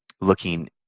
looking